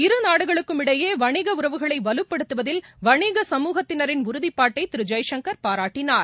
இரு நாடுகளுக்கும் இடையே வணிக உறவுகளை வலுப்படுத்துவதில் வணிக சமூகத்தினரின் உறுதிப்பாட்டை திரு ஜெய்சங்கர் பாராட்டினார்